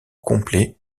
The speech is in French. complet